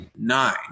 nine